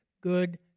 good